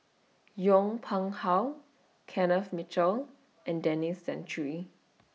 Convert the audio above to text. Yong Pung How Kenneth Mitchell and Denis Santry